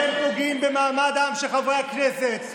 אתם פוגעים במעמדם של חברי הכנסת.